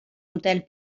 hotel